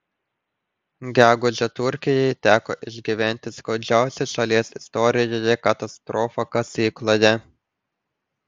gegužę turkijai teko išgyventi skaudžiausią šalies istorijoje katastrofą kasykloje